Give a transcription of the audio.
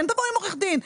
כן תבוא עם עורך דין,